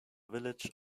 village